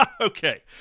Okay